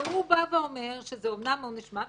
והוא בא ואומר: שזה אמנם עונש מוות,